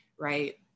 right